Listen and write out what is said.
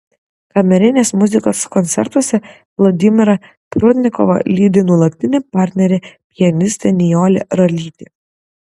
kamerinės muzikos koncertuose vladimirą prudnikovą lydi nuolatinė partnerė pianistė nijolė ralytė